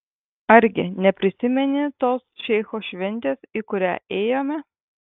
argi neprisimeni tos šeicho šventės į kurią ėjome